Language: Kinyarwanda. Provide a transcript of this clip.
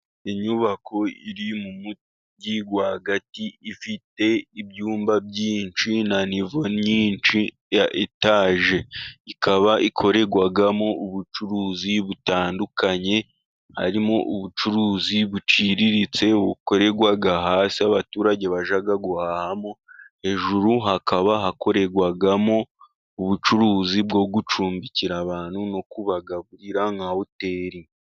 Inyubako iri mu mujyi rwagati ifite ibyumba byinshi, na nivo nyinshi ya etaje. Ikaba ikorerwamo ubucuruzi butandukanye, harimo ubucuruzi buciriritse bukorerwa hasi, abaturage bajya guhahamo. Hejuru hakaba hakorerwamo ubucuruzi bwo gucumbikira abantu, no kubagaburira nka hoteri.